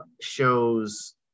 shows